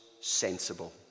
sensible